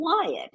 quiet